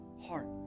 heart